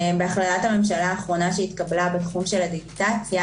בהחלטת הממשלה האחרונה שהתקבלה בתחום הדיגיטציה